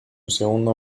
segundo